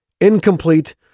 incomplete